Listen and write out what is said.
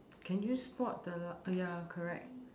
can you spot the ya correct